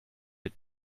wir